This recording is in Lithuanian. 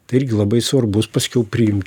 tai irgi labai svarbus paskiau priimt